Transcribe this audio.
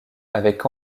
avec